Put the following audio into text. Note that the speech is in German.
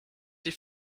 die